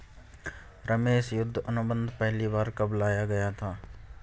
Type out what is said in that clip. रमेश युद्ध अनुबंध पहली बार कब लाया गया था?